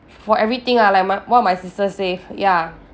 for everything lah like my what my sister say ya